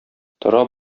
тора